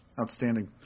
Outstanding